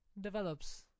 develops